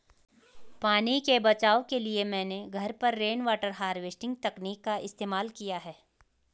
पानी के बचाव के लिए मैंने घर पर रेनवाटर हार्वेस्टिंग तकनीक का इस्तेमाल किया है